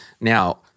Now